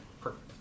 Perfect